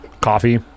Coffee